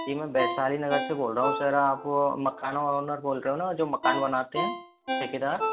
जी मैं वैसाली नगर से बोल रहा हूँ सर आप वो मकान ओनर बोल रहे हो जो मकान बनाते हैं ठेकेदार